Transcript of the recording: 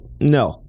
no